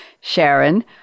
Sharon